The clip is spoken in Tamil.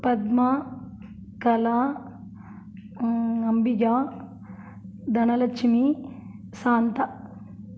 பத்மா கலா அம் அம்பிகா தனலெட்சுமி சாந்தா